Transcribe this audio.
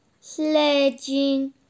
sledging